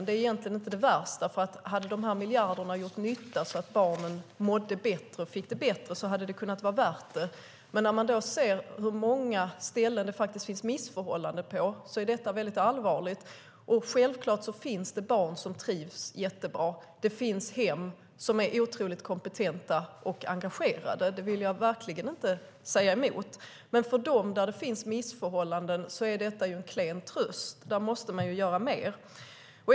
Det är inte det värsta, för hade dessa miljarder gjort nytta så att barnen mådde bättre och fick det bättre hade det varit värt det. Men med tanke på hur många ställen det finns missförhållanden på är det allvarligt. Självklart finns det barn som trivs jättebra, och det finns hem som är kompetenta och engagerade. Det vill jag inte säga emot. Men för de barn som lever i HVB-hem med missförhållanden är det en klen tröst. Här måste vi göra mer.